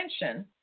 attention